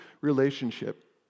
relationship